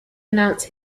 announce